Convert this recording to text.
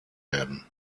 werden